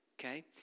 Okay